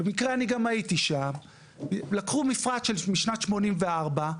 ובמקרה גם הייתי שם; לקחו מפרט משנת 84',